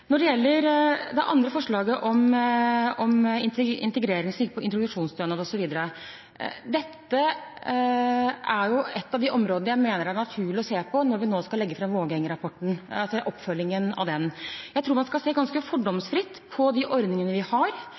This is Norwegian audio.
Når det gjelder det andre forslaget om integrering, som gikk på det med introduksjonsordning osv., er det et av de områdene som jeg mener det er naturlig å se på når vi skal legge fram Vågeng-rapporten og i oppfølgingen av den. Jeg tror man skal se ganske fordomsfritt på de ordningene vi har,